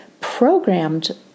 programmed